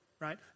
right